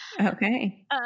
okay